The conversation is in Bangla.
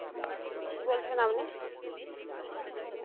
কী বলছেন আপনি